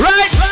Right